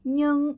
Nhưng